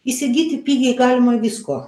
įsigyti pigiai galima visko